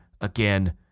Again